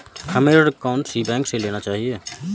हमें ऋण कौन सी बैंक से लेना चाहिए?